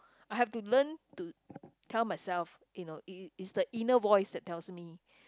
I have to learn to tell myself you know it it's the inner voice that tells me